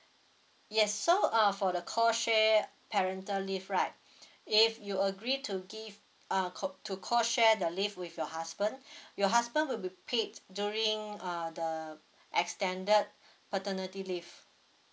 yes so uh for the co share parental leave right if you agree to give uh co to co share the leave with your husband your husband will be paid during uh the extended paternity leave